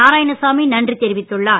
நாராயணசாமி நன்றி தெரிவித்துள்ளார்